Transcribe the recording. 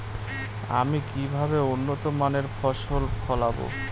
আমি কিভাবে উন্নত মানের ফসল ফলাবো?